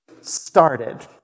started